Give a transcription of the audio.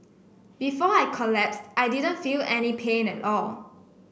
before I collapsed I didn't feel any pain at all